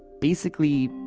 basically,